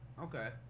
Okay